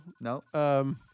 No